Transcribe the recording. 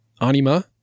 anima